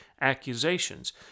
accusations